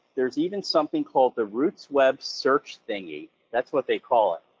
there's even something called the roots web search thingy, that's what they call it.